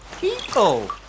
people